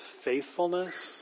faithfulness